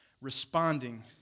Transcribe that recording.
responding